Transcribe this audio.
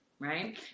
right